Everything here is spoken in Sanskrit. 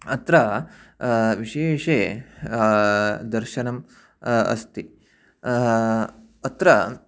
अत्र विशेषतः दर्शनम् अस्ति अत्र